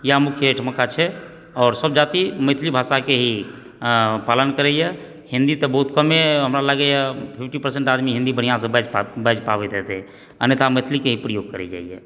इएह मुख्य एहिठमका छै आओर सब जाति मैथिली भाषाके ही पालन करैए हिंदी तऽ बहुत कमे हमरा लगैए फिफ्टी परसेन्ट आदमी हिंदी बढ़िआँसँ बाजि पाबैत हेतै अन्यथा मैथिलीके ही प्रयोग करै जाइए